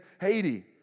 Haiti